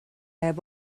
have